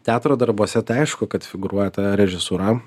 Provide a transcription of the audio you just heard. teatro darbuose tai aišku kad figūruoja ta režisūra